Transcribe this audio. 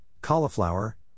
cauliflower